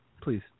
Please